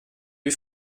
wie